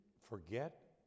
forget